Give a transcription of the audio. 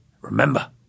Remember